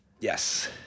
Yes